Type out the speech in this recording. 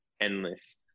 endless